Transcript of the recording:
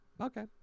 Okay